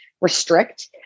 restrict